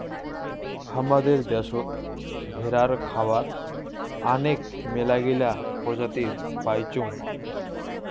হামাদের দ্যাশোত ভেড়ার খাবার আনেক মেলাগিলা প্রজাতি পাইচুঙ